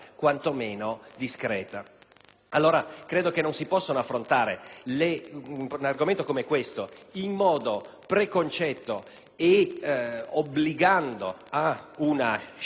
allora che non si possa affrontare un argomento come questo in modo preconcetto e obbligando ad una scelta